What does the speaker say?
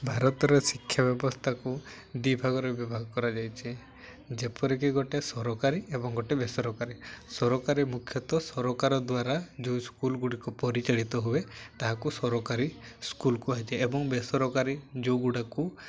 ଭାରତର ଶିକ୍ଷା ବ୍ୟବସ୍ଥାକୁ ଦୁଇଭାଗରେ ବିଭାଗ କରାଯାଇଛି ଯେପରିକି ଗୋଟେ ସରକାରୀ ଏବଂ ଗୋଟେ ବେସରକାରୀ ସରକାରୀ ମୁଖ୍ୟତଃ ସରକାର ଦ୍ୱାରା ଯେଉଁ ସ୍କୁଲ ଗୁଡ଼ିକ ପରିଚାଳିତ ହୁଏ ତାହାକୁ ସରକାରୀ ସ୍କୁଲ କୁହାଯାଏ ଏବଂ ବେସରକାରୀ ଯେଉଁଗୁଡ଼ାକୁ